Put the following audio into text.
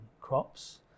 crops